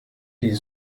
die